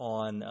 on